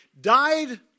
died